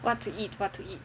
what to eat what to eat